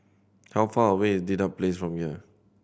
how far away is Dedap Place from here